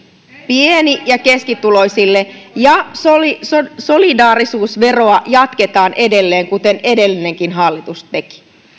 pieni ja keskituloisille ja solidaarisuusveroa jatketaan edelleen kuten edellinenkin hallitus teki